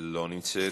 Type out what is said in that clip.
אינה נוכחת,